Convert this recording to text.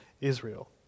Israel